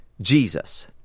Jesus